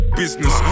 business